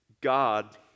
God